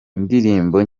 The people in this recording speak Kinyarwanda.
indirimbo